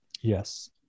Yes